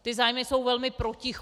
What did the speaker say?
Ty zájmy jsou velmi protichůdné.